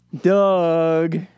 Doug